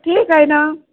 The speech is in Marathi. ठीक आहे ना